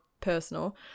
personal